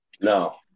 No